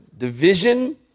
Division